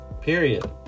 Period